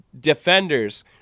defenders